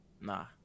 Nah